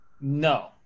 No